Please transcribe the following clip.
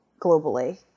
globally